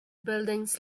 buildings